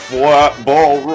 Flatball